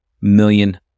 million